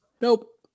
nope